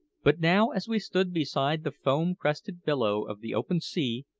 but now, as we stood beside the foam-crested billow of the open sea,